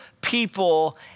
people